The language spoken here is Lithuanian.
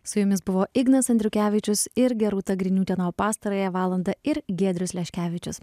su jumis buvo ignas andriukevičius ir gerūta griniūtė na o pastarąją valandą ir giedrius leškevičius